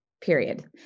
period